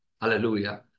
Hallelujah